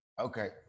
Okay